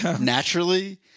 naturally